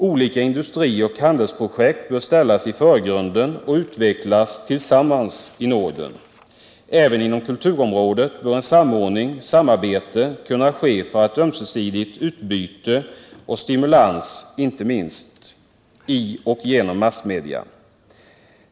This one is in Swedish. Olika industrioch handelsprojekt bör ställas i förgrunden och utvecklas tillsammans i Norden. Även inom kulturområdet bör ett samarbete och en samordning kunna ske för ett ömsesidigt utbyte och stimulans, inte minst i och genom massmedia.